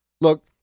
Look